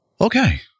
Okay